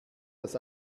das